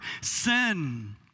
sin